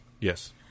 Yes